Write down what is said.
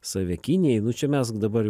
save kinijai nu čia mesk dabar